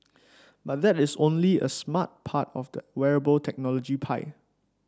but that is only a smart part of the wearable technology pie